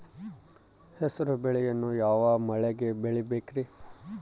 ಹೆಸರುಬೇಳೆಯನ್ನು ಯಾವ ಮಳೆಗೆ ಬೆಳಿಬೇಕ್ರಿ?